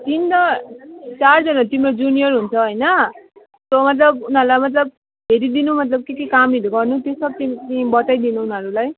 तिनजना चारजना तिम्रो जुनियर हुन्छ होइन त्यो मतलब उनीहरूलाई मतलब हेरिदिनु मतलब के के कामहरू गर्नु ती सब तिमी तिमी बताइदिनु उनीहरूलाई